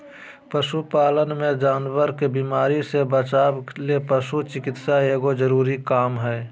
पशु पालन मे जानवर के बीमारी से बचावय ले पशु चिकित्सा एगो जरूरी काम हय